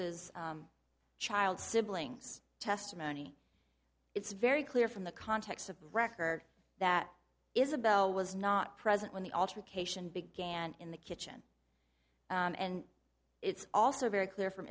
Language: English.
is child siblings testimony it's very clear from the context of the record that isabel was not present when the altercation began in the kitchen and it's also very clear from